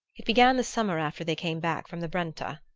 it began the summer after they came back from the brenta.